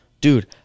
dude